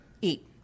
eat